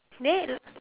there